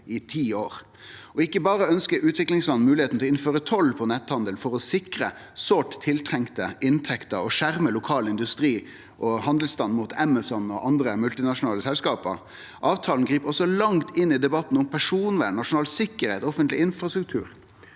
i ti år. Ikkje berre ønskjer utviklingsland moglegheita til å innføre toll på netthandel for å sikre sårt nødvendige inntekter og skjerme den lokale industrien og handelsstanden mot Amazon og andre multinasjonale selskap, avtalen grip også langt inn i debatten om personvern, nasjonal sikkerheit og offentleg infrastruktur.